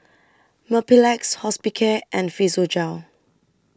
Mepilex Hospicare and Physiogel